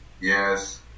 Yes